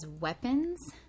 weapons